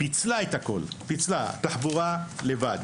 פיצלה את הכול תחבורה לבד,